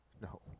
No